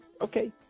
okay